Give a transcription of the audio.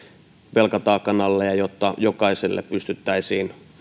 velkataakan alle ja jotta jokaiselle pystyttäisiin